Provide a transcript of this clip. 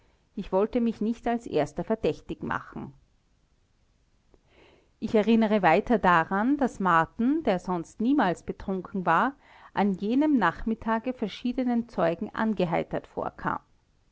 ich wollte mich nicht als erster verdächtig machen ich erinnere weiter daran daß marten der sonst niemals betrunken war an jenem nachmittage verschiedenen zeugen angeheitert vorkam